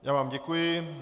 Já vám děkuji.